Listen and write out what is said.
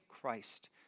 Christ